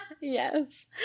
Yes